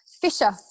Fisher